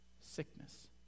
Sickness